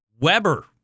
Weber